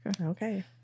okay